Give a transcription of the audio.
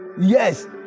Yes